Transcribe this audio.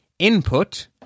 Input